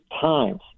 times